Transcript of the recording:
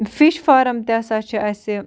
fish farm تہِ ہسا چھِ اَسہِ